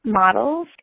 models